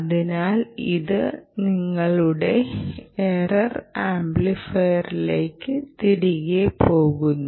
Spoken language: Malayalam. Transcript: അതിനാൽ ഇത് ഞങ്ങളുടെ ഇറർ ആംപ്ലിഫയറിലേക്ക് തിരികെ പോകുന്നു